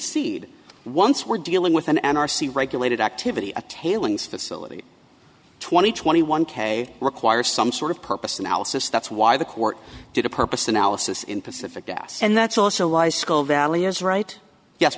cede once we're dealing with an n r c regulated activity a tailings facility twenty twenty one k requires some sort of purpose analysis that's why the court did a purpose analysis in pacific gas and that's also why school valley is right yes